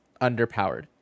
underpowered